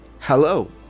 hello